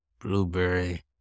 Blueberry